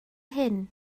hyn